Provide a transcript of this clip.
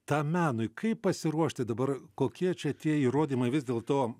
tam menui kaip pasiruošti dabar kokie čia tie įrodymai vis dėlto